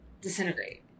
disintegrate